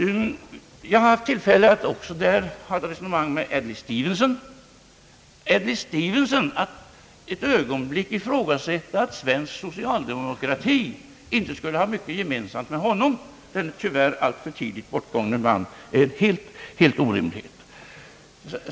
Jag hade också tillfälle att resonera med Adlai Stevenson. Att ett ögonblick ifrågasätta att svensk socialdemokrati inte skulle ha mycket gemensamt med denne tyvärr alltför tidigt bortgångne "man är orimligt.